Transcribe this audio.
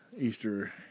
Easter